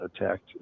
attacked